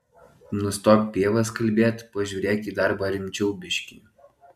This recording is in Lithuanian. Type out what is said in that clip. nustok pievas kalbėt pažiūrėk į darbą rimčiau biškį